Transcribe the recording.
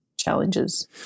Challenges